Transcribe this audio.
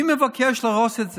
מי מבקש להרוס את זה?